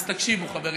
זה פה קרוב.